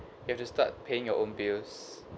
you have to start paying your own bills